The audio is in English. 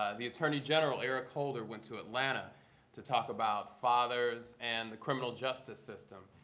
ah the attorney general, eric holder, went to atlanta to talk about fathers and the criminal justice system.